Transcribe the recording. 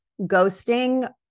ghosting